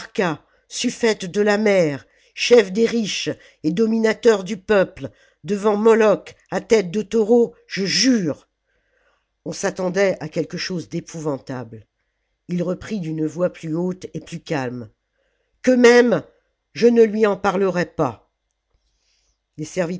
sufifete de la mer chef des riches et dominateur du peuple devant moloch à tête de taureau je jure on s'attendait à quelque chose d'épouvantable il reprit d'une voix plus haute et plus calme que même je ne lui en parlerai pas